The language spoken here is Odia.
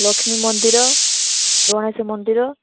ଲକ୍ଷ୍ମୀ ମନ୍ଦିର ଗଣେଶ ମନ୍ଦିର